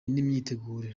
n’imyiteguro